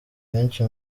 benshi